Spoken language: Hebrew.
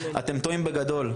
אתם טועים בגדול.